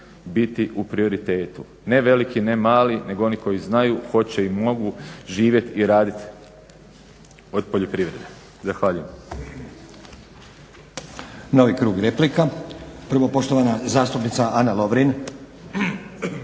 biti u prioriteti. Ne veliki, ne mali, nego oni koji znaju, hoće i mogu živjeti i raditi od poljoprivrede. Zahvaljujem.